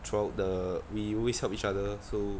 throughout the we always help each other so